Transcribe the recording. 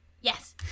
Yes